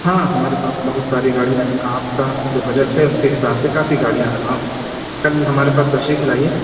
ہاں ہمارے پاس بہت ساری گاڑیاں آپ کا جو بجٹ ہے اس کے حساب سے کافی گاڑیاں ہیں آپ کل ہمارے پاس تشریف لائیے